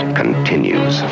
continues